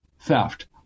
theft